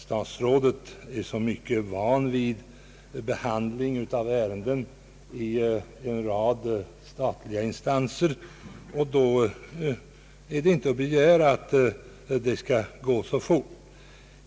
Statsrådet är mycket van vid behandling av ärenden i en rad statliga instanser, och då är det inte att begära att det skall gå så fort.